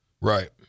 Right